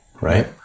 right